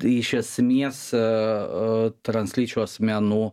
iš esmės translyčių asmenų